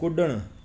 कुॾणु